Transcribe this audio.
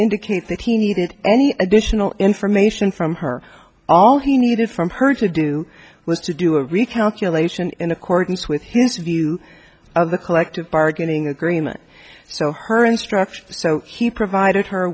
indicate that he needed any additional information from her all he needed from her to do was to do a recount you lation in accordance with his view of the collective bargaining agreement so her instruction so he provided her